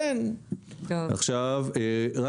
עד סוף הדיון.